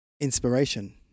inspiration